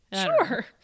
Sure